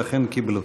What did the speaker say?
ואכן קיבלו.